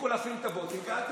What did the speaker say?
תפסיקו לשים את הבוטים ואל תבכו.